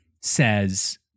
says